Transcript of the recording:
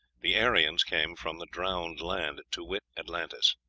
the aryans came from the drowned land, to wit, atlantis.